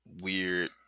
weird